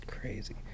crazy